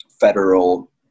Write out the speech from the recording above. federal